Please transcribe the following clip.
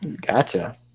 Gotcha